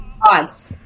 Odds